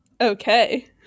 okay